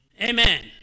Amen